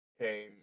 came